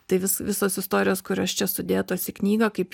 tai vis visos istorijos kurios čia sudėtos į knygą kaip